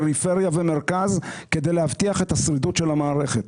פריפריה או מרכז כדי להבטיח את השרידות של המערכת.